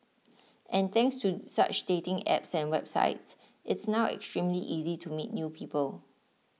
and thanks to such dating apps and websites it's now extremely easy to meet new people